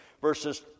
verses